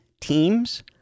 teams